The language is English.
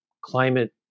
climate